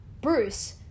bruce